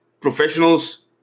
Professionals